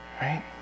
Right